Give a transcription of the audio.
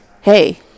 hey